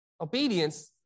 Obedience